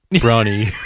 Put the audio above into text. brawny